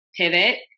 pivot